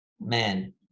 man